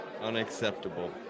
Unacceptable